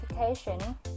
notification